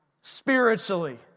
spiritually